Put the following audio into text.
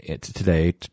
today